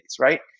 right